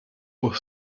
por